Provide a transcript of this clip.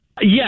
Yes